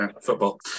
Football